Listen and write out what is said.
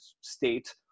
state